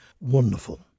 wonderful